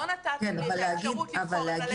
לא נתתם לי את האפשרות לבחור אם ללכת ולקחת את הסיכון.